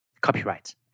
copyright